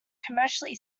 commercially